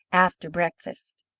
after breakfast.